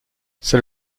c’est